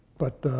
but